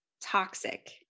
toxic